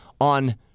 on